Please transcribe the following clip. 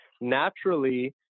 naturally